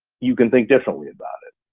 you can think differently about it.